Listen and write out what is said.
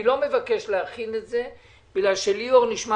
אני לא מבקש להכין את זה כי ליאור נשמע